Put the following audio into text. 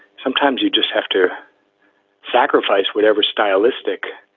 sometimes you just have to sacrifice whatever stylistic,